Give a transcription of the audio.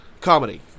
comedy